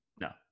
No